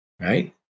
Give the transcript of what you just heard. right